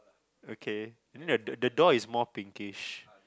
okay and then the the the door is more pinkish